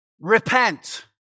repent